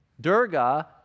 Durga